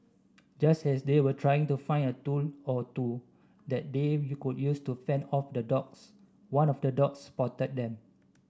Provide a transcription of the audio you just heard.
just as they were trying to find a tool or two that they could use to fend off the dogs one of the dogs spotted them